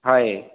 ହଏ